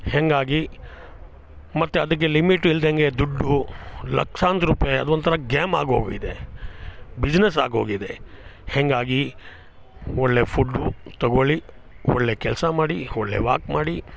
ಹಂಗಾಗಿ ಮತ್ತು ಅದಕ್ಕೆ ಲಿಮಿಟು ಇಲ್ದಾಗೆ ದುಡ್ಡು ಲಕ್ಷಾಂತರ ರೂಪಾಯಿ ಅದೊಂಥರ ಗ್ಯಾಮ್ ಆಗೋಗಿದೆ ಬಿಸ್ನೆಸ್ ಆಗೋಗಿದೆ ಹಂಗಾಗಿ ಒಳ್ಳೆಯ ಫುಡ್ಡು ತೊಗೊಳ್ಳಿ ಒಳ್ಳೆಯ ಕೆಲಸ ಮಾಡಿ ಒಳ್ಳೆಯ ವಾಕ್ ಮಾಡಿ